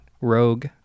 rogue